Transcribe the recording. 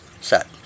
set